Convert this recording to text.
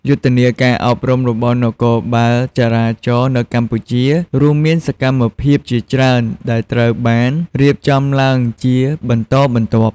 យុទ្ធនាការអប់រំរបស់នគរបាលចរាចរណ៍នៅកម្ពុជា រួមមានសកម្មភាពជាច្រើនដែលត្រូវបានរៀបចំឡើងជាបន្តបន្ទាប់។